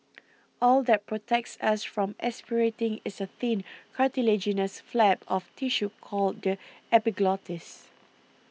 all that protects us from aspirating is a thin cartilaginous flap of tissue called the epiglottis